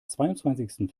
zweiundzwanzigsten